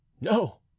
No